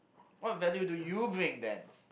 what value do you bring then